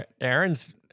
aaron's